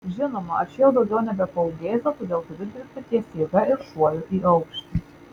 žinoma aš jau daugiau nebepaūgėsiu todėl turiu dirbti ties jėga ir šuoliu į aukštį